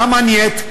למה נייט?